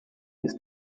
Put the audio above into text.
its